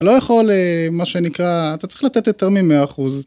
אני לא יכול, מה שנקרא, אתה צריך לתת יותר מ-100%